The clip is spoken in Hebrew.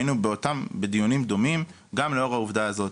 היינו בדיונים דומים גם לאור העובדה הזאת.